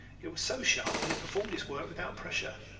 it was so sharp that it performed its work without pressure.